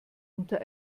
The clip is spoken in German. unter